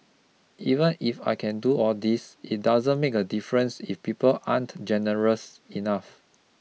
even if I can do all this it doesn't make a difference if people aren't generous enough